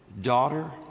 Daughter